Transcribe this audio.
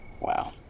Wow